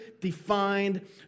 defined